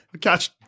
catch